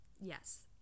yes